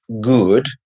good